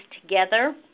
together